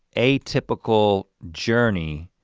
a typical journey